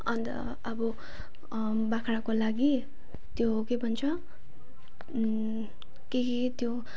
अन्त अब बाख्राको लागि त्यो के भन्छ केही त्यो